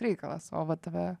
reikalas o va tave